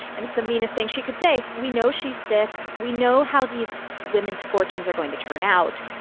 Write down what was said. and it's the meanest thing she could say. we know she's sick. we know how these women's fortunes are going to turn out,